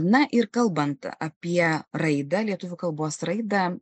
na ir kalbant apie raida lietuvių kalbos raidą